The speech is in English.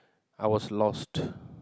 I was lost